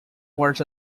was